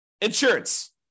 insurance